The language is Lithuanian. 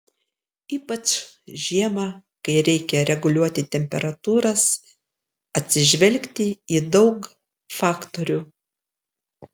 ypač žiemą kai reikia reguliuoti temperatūras atsižvelgti į daug faktorių